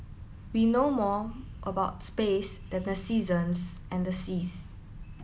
we know more about space than the seasons and the seas